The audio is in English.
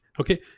Okay